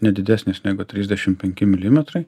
ne didesnis negu trisdešimt penki milimetrai